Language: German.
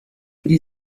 die